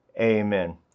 Amen